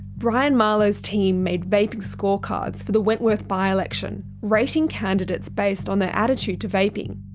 brian marlow's team made vaping scorecards for the wentworth by-election, rating candidates based on their attitude to vaping.